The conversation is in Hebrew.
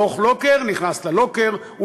דוח לוקר נכנס ללוקר.